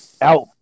out